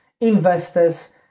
investors